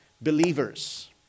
believers